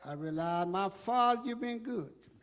i realize my father you been good